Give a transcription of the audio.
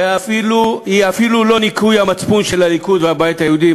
והיא אפילו לא ניקוי המצפון של הליכוד ושל הבית היהודי,